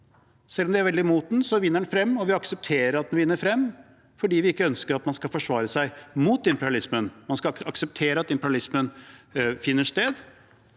Selv om de er veldig imot den, vinner den frem, og vi aksepterer at den vinner frem fordi vi ikke ønsker at man skal forsvare seg mot imperialismen. Man skal akseptere at imperialismen finner sted.